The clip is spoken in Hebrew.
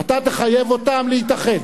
אתה תחייב אותן להתאחד.